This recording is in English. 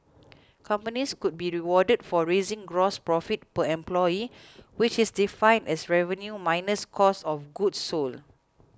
companies could be rewarded for raising gross profit per employee which is defined as revenue minus cost of goods sold